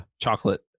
chocolate